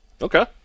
Okay